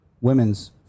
Women's